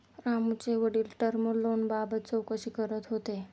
रामूचे वडील टर्म लोनबाबत चौकशी करत होते